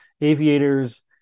aviators